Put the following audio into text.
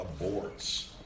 aborts